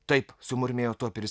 taip sumurmėjo toperis